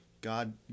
god